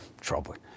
troubling